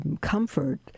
comfort